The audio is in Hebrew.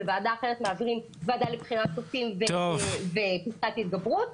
בוועדה אחרת מעבירים את הוועדה לבחירת השופטים ופסקת ההתגברות,